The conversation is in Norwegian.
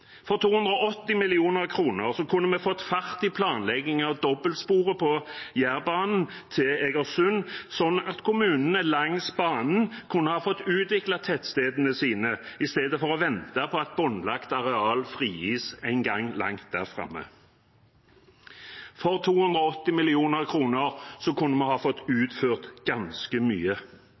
For 280 mill. kr kunne vi fått fart i planleggingen av dobbeltsporet på Jærbanen til Egersund, slik at kommunene langs banen kunne fått utviklet tettstedene sine i stedet for å vente på at båndlagt areal frigis en gang langt der framme. For 280 mill. kr kunne vi fått utført ganske mye.